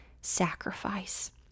sacrifice